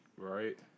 right